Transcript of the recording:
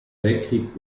weltkrieg